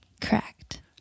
Correct